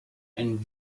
and